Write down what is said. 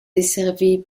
desservie